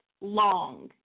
long